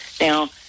Now